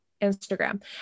Instagram